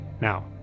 Now